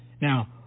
Now